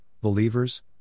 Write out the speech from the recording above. believers